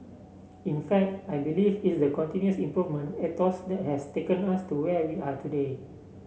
in fact I believe it's the continuous improvement ethos that has taken us to where we are today